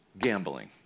gambling